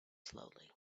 slowly